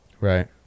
Right